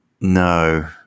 No